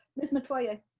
miss metoyer,